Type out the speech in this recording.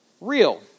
real